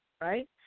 right